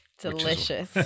Delicious